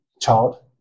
child